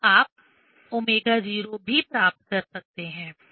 तो आप ω0 भी प्राप्त कर सकते हैं